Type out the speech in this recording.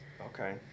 Okay